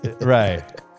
Right